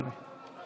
אדוני.